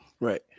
Right